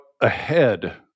ahead